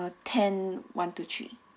uh ten one two three